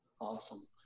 awesome